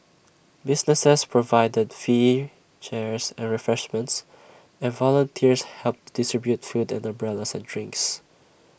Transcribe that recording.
businesses provided fear chairs and refreshments and volunteers helped to distribute food umbrellas and drinks